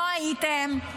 לא הייתם,